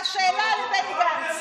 והשאלה היא אל בני גנץ.